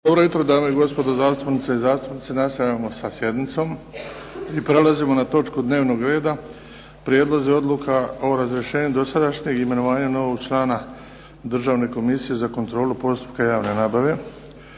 Dobro jutro! Dame i gospodo zastupnice i zastupnice, nastavljamo sa sjednicom i prelazimo na točku dnevnog reda - Prijedlog odluke o razrješenju dosadašnjeg i imenovanju novog člana Državne komisije za kontrolu postupaka javne nabave